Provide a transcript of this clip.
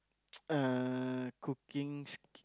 uh cooking sk~